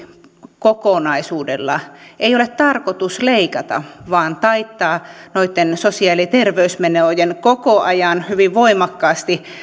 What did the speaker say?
lakikokonaisuudella ei ole tarkoitus leikata vaan taittaa noitten sosiaali ja terveysmenojen koko ajan hyvin voimakkaasti